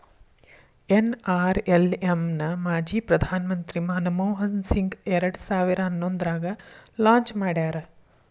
NRLM ನ ಮಾಜಿ ಪ್ರಧಾನ್ ಮಂತ್ರಿ ಮನಮೋಹನ್ ಸಿಂಗ್ ಎರಡ್ ಸಾವಿರ ಹನ್ನೊಂದ್ರಾಗ ಲಾಂಚ್ ಮಾಡ್ಯಾರ